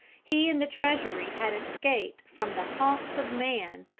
he and the treasury had escaped from the haunts of man,